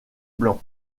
blanc